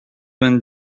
vingt